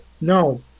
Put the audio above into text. No